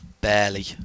Barely